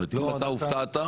אם אתה הופתעת,